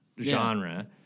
genre